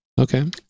Okay